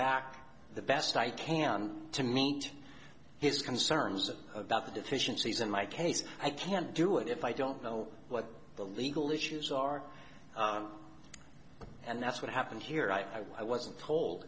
back the best i can to meet his concerns about the deficiencies in my case i can't do it if i don't know what the legal issues are and that's what happened here i wasn't told